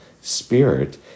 Spirit